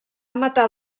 matar